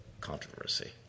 controversy